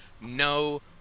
no